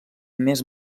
més